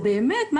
זה לא עובד טוב.